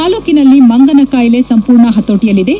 ತಾಲೂಕಿನಲ್ಲಿ ಮಂಗನ ಕಾಯಿಲೆ ಸಂಪೂರ್ಣ ಹತೋಟಿಯಲ್ಲಿದೆ